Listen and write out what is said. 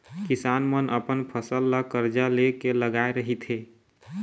किसान मन अपन फसल ल करजा ले के लगाए रहिथे